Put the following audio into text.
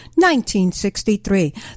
1963